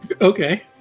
Okay